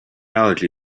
allergy